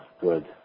good